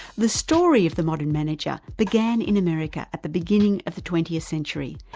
the story of the modern manager began in america at the beginning of the twentieth century,